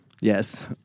Yes